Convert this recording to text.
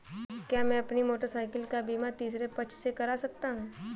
क्या मैं अपनी मोटरसाइकिल का बीमा तीसरे पक्ष से करा सकता हूँ?